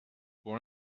pour